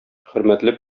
хөрмәтле